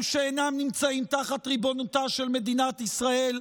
שאינם נמצאים תחת ריבונותה של מדינת ישראל,